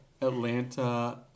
Atlanta